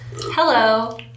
hello